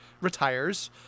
retires